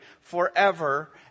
forever